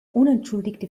unentschuldigte